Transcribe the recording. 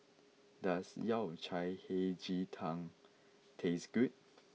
does Yao Cai Hei Ji Tang taste good